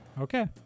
Okay